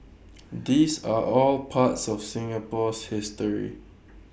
these are all part of Singapore's history